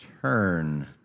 Turn